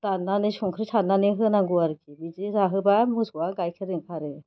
दाननानै संख्रि सारनानै होनांगौ आरोखि बिदि जाहोबा मोसौआ गाइखेर ओंखारो